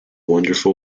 wonderful